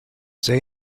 say